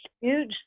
huge